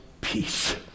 peace